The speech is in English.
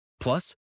Plus